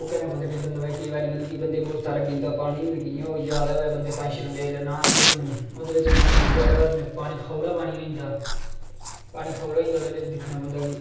ओह् करने पौंदे केईं बारी मतलब कि बंदे कोल थल्लै पानी कोई बंदे जादा होऐ बंदे पंज छे जेल्लै न्हा दे होन ओह्दे बिच पानी जादा पानी खौह्ला पानी होइ जंदा पानी खौह्ला होई जंदा ओह्दे बिच दिक्खना पौंदा कि